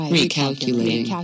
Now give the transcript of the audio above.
Recalculating